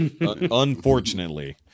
Unfortunately